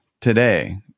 today